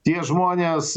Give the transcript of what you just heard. tie žmonės